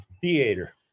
Theater